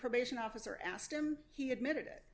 probation officer asked him he admitted it